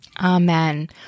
Amen